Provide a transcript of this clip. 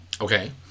okay